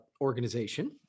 organization